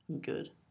Good